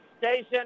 station